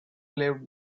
lived